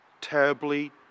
terribly